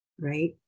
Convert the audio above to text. right